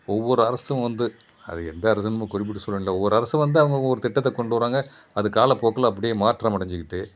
ஒவ்வொரு அரசும் வந்து அது எந்த அரசுனு குறிப்பிட்டு சொல்ல வேண்டாம் ஒவ்வொரு அரசும் வந்து அவங்கவுங்க ஒரு திட்டத்தை கொண்டு வர்றாங்க அது காலப்போக்கில் அப்படியே மாற்றம் அடைஞ்சுக்கிட்டு